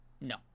No